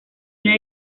una